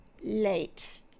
late